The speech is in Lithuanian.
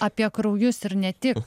apie kraujus ir ne tik